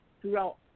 throughout